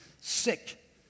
Sick